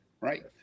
right